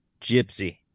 gypsy